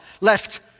left